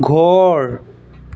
ঘৰ